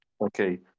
Okay